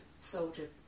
soldier